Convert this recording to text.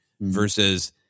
versus